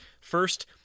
First